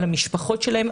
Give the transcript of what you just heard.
על המשפחות עליהם,